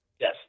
Yes